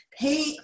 pay